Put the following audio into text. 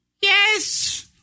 Yes